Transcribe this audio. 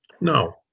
No